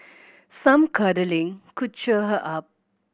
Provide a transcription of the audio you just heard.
some cuddling could cheer her up